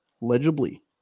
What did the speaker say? legibly